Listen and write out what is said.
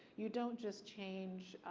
you don't just change,